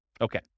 Okay